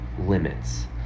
limits